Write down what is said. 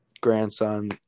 grandson